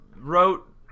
wrote